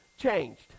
changed